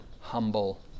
humble